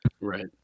right